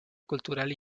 cultural